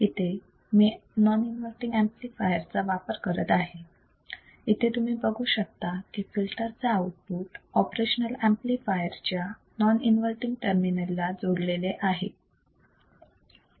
इथे मी non inverting amplifier चा वापर करत आहे इथे तुम्ही बघू शकता की फिल्टर चे आउटपुट ऑपरेशनल ऍम्प्लिफायर च्या नॉन इन्वर्तींग टर्मिनल ला जोडलेले आहे